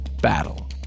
battle